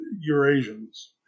Eurasians